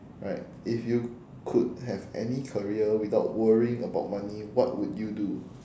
alright if you could have any career without worrying about money what would you do